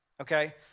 Okay